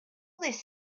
this